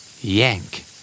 yank